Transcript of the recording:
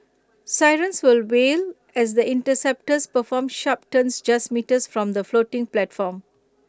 sirens will wail as the interceptors perform sharp turns just metres from the floating platform